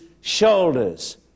shoulders